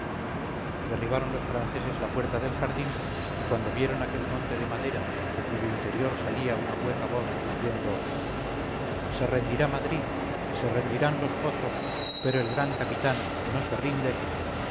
derribaron los franceses la puerta del jardín y cuando vieron aquel monte de madera de cuyo interior salía una hueca voz diciendo se rendirá madrid se rendirán los pozos pero el gran capitán no se rinde